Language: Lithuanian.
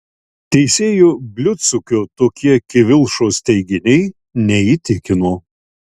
teisėjo bliudsukio tokie kivilšos teiginiai neįtikino